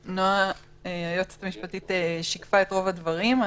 היועצת המשפטית שיקפה את רוב הדברים.